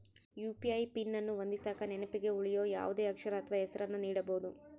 UPI PIN ಅನ್ನು ಹೊಂದಿಸಕ ನೆನಪಿನಗ ಉಳಿಯೋ ಯಾವುದೇ ಅಕ್ಷರ ಅಥ್ವ ಹೆಸರನ್ನ ನೀಡಬೋದು